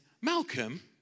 Malcolm